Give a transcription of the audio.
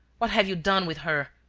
what have you done with her?